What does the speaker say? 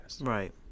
Right